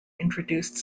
introduced